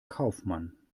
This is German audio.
kaufmann